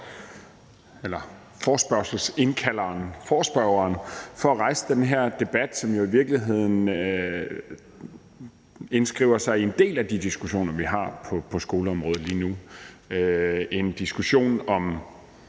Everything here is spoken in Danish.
til forespørgerne for at rejse den her debat, som jo i virkeligheden indskriver sig i en del af de diskussioner, vi har på skoleområdet lige nu. Det er en diskussion om